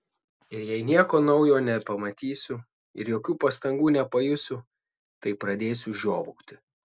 ir jei nieko naujo nepamatysiu ir jokių pastangų nepajusiu tai pradėsiu žiovauti